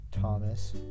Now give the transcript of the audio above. Thomas